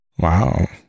Wow